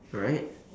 right